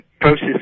process